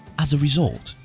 as a result,